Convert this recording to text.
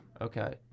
Okay